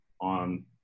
on